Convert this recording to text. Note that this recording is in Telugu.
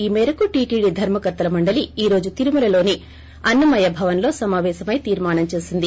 ఈ మేరకు టీటీడీ ధర్మకర్తల మండలి ఈ రోజు తిరుమలలోని అన్న మయ్య భవన్లో సమాపేశమై తీర్మానం చేసింది